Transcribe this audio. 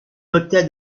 hôtel